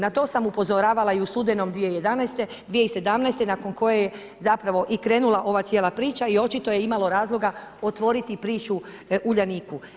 Na to sam upozoravala i u studenom 2017., nakon koje je zapravo i krenula ova cijela priča i očito je imalo razloga otvoriti priču Uljaniku.